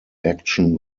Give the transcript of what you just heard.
action